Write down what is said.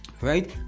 Right